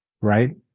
right